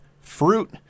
fruit